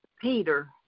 Peter